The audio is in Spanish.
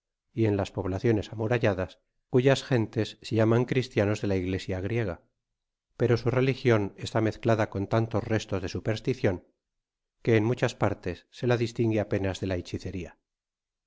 y en las poblaciones amuralladas cuyas gentes se laman cristianos de la iglesia griega pero su religion está mezclada con tantos restos de supersticion que en muchas parles se la distingue apenasi de la hechiceria